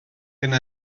yna